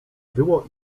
było